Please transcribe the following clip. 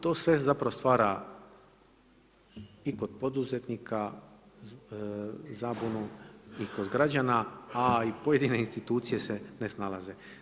To sve zapravo stvara i kod poduzetnika zabunu i kod građana, a i pojedine institucije se ne snalaze.